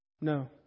No